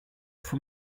from